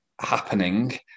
happening